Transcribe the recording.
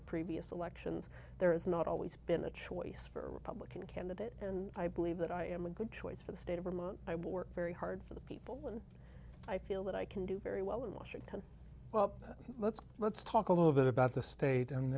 the previous elections there is not always been the choice for a republican candidate and i believe that i am a good choice for the state of vermont i will work very hard for the people and i feel that i can do very well in washington well let's let's talk a little bit about the state and